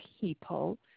people